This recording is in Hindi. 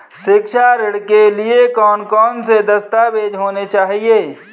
शिक्षा ऋण के लिए कौन कौन से दस्तावेज होने चाहिए?